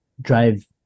drive